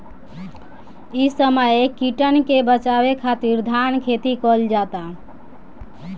इ समय कीटन के बाचावे खातिर धान खेती कईल जाता